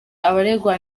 abaregwa